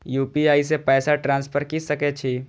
UPI से पैसा transfer की सके छी?